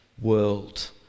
world